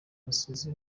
rusizi